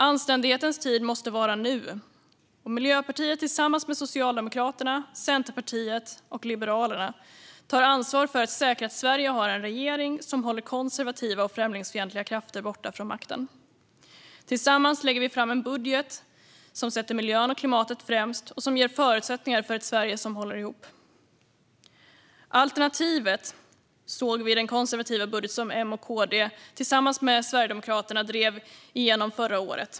Anständighetens tid måste vara nu. Tillsammans med Socialdemokraterna, Centerpartiet och Liberalerna tar Miljöpartiet ansvar för att säkra att Sverige har en regering som håller konservativa och främlingsfientliga krafter borta från makten. Tillsammans lägger vi fram en budget som sätter miljön och klimatet främst och som ger förutsättningar för ett Sverige som håller ihop. Alternativet såg vi i den konservativa budget som M och KD drev igenom tillsammans med Sverigedemokraterna förra året.